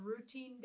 routine